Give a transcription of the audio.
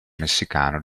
messicano